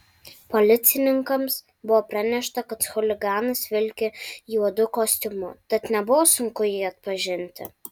policininkams buvo pranešta kad chuliganas vilki juodu kostiumu tad nebuvo sunku jį atpažinti